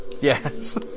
Yes